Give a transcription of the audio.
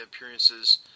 appearances